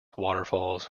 waterfalls